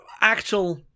actual